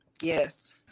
yes